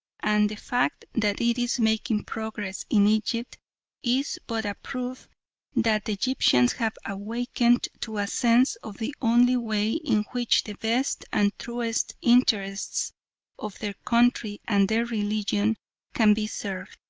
and the fact that it is making progress in egypt is but a proof that the egyptians have awakened to a sense of the only way in which the best and truest interests of their country and their religion can be served.